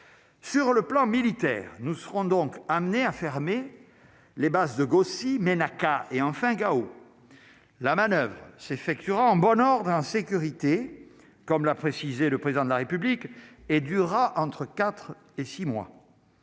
sur le plan militaire, nous serons donc amenés à fermer les bases de Gossi Ménaka et enfin Gao la manoeuvre s'effectuera en bonheur d'insécurité, comme l'a précisé le président de la République et durera entre 4 et 6 mois,